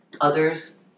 Others